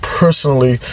personally